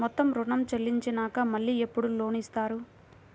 మొత్తం ఋణం చెల్లించినాక మళ్ళీ ఎప్పుడు లోన్ ఇస్తారు?